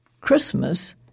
Christmas